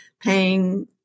paying